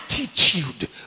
Attitude